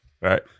right